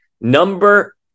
Number